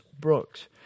Brooks